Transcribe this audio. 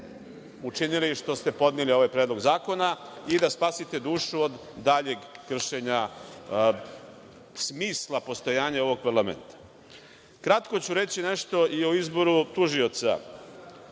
učinili što ste podneli ovaj predlog zakona i da spasite dušu od daljeg kršenja smisla postojanja ovog parlamenta. Kratko ću reći nešto i o izboru tužioca.